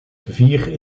vier